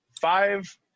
Five